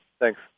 Thanks